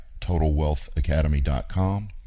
TotalWealthAcademy.com